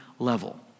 level